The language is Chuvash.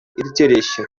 ирттереҫҫӗ